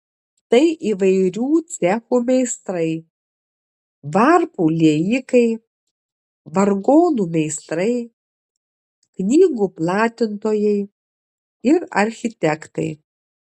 tai įvairių cechų meistrai varpų liejikai vargonų meistrai knygų platintojai ir architektai